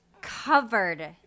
covered